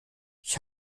ich